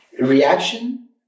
Reaction